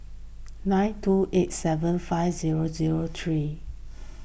nine two eight seven five zero zero three